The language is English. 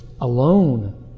alone